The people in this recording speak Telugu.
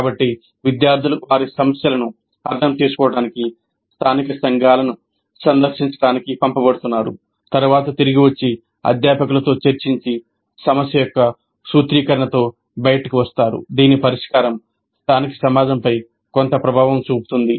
కాబట్టి విద్యార్థులు వారి సమస్యలను అర్థం చేసుకోవడానికి స్థానిక సంఘాలను సందర్శించడానికి పంపబడుతున్నారు తరువాత తిరిగి వచ్చి అధ్యాపకులతో చర్చించి సమస్య యొక్క సూత్రీకరణతో బయటికి వస్తారు దీని పరిష్కారం స్థానిక సమాజంపై కొంత ప్రభావం చూపుతుంది